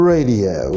Radio